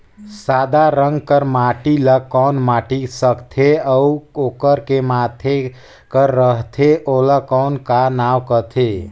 सादा रंग कर माटी ला कौन माटी सकथे अउ ओकर के माधे कर रथे ओला कौन का नाव काथे?